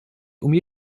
umie